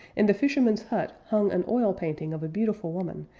in the fisherman's hut hung an oil painting of a beautiful woman,